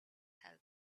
help